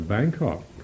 Bangkok